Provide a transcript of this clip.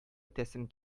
итәсем